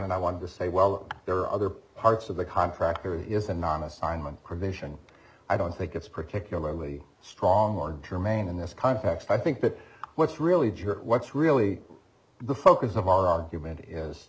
and i want to say well there are other parts of the contractor is a non assignment provision i don't think it's particularly strong or germane in this context i think that what's really jerk what's really the focus of our argument is